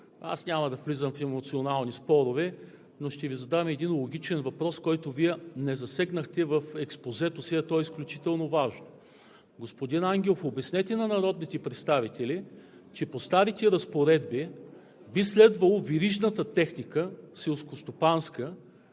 аз няма да влизам в емоционални спорове, но ще Ви задам един логичен въпрос, който Вие не засегнахте в експозето си, а той е изключително важен. Господин Ангелов, обяснете на народните представители, че по старите разпоредби би следвало селскостопанската